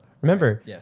Remember